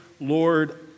Lord